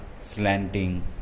slanting